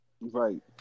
Right